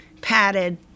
padded